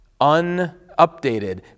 unupdated